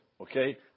okay